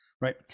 Right